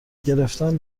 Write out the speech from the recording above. گرفتن